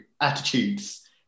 attitudes